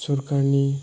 सरखारनि